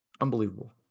Unbelievable